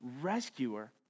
Rescuer